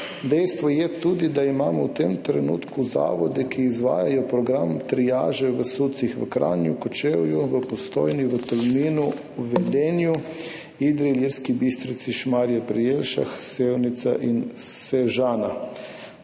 Dejstvo je tudi, da imamo v tem trenutku zavode, ki izvajajo program triaže v SUC v Kranju, Kočevju, v Postojni, v Tolminu, v Velenju, Idriji, Ilirski Bistrici, Šmarju pri Jelšah, Sevnici in Sežani.